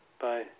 Bye